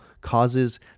causes